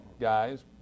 guys